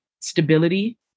stability